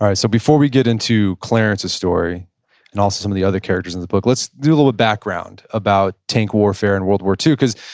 ah so before we get into clarence's story and also some of the other characters in the book, let's do a little background about tank warfare in world war ii cause,